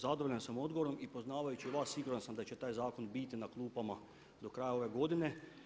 Zadovoljan sam odgovorom i poznavajući vas siguran sam da će taj zakon biti na klupama do kraja ove godine.